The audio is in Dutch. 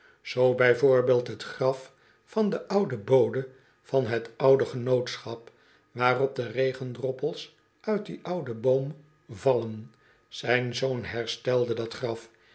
bij voorbeeld t graf van den ouden bode van het oude genootschap waarop de regendroppels uit dien ouden boom vallen zijn zoon herstelde dat graf